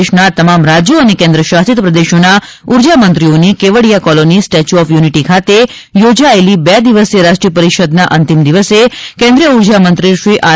દેશના તમામ રાજયો અને કેન્દ્રશાસિત પ્રદેશોના ઉર્જામંત્રીઓની Kevadia colony statue of unity ખાતે યોજાયેલી બે દિવસીય રાષ્ટ્રીય પરિષદના અંતિમ દિવસે કેન્દ્રીય ઉર્જા મંત્રી શ્રી આર